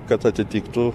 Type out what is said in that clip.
kad atitiktų